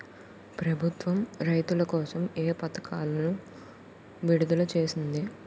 ప్రభుత్వం రైతుల కోసం ఏ పథకాలను విడుదల చేసింది?